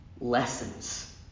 lessons